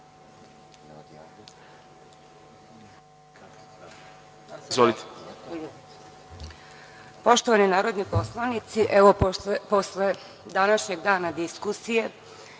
Poštovani narodni poslanici, evo, posle današnjeg dana diskusije